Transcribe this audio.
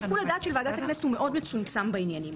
שיקול הדעת של ועדת הכנסת הוא מאוד מצומצם בעניינים האלה.